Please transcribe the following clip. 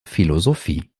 philosophie